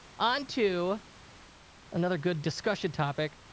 on to another good discussion topic.